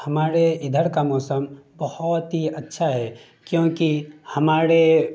ہمارے ادھر کا موسم بہت ہی اچھا ہے کیونکہ ہمارے